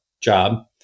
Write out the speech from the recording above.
job